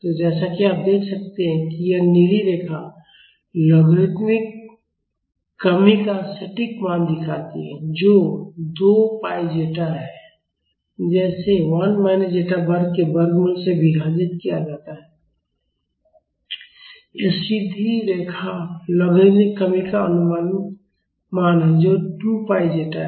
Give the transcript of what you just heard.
तो जैसा कि आप देख सकते हैं कि यह नीली रेखा लॉगरिदमिक कमी का सटीक मान दिखाती है जो 2 पाई ज़ेटा है जिसे 1 माइनस ज़ेटा वर्ग के वर्गमूल से विभाजित किया जाता है और यह सीधी रेखा लॉगरिदमिक कमी का अनुमानित मान है जो 2 पाई ज़ेटा है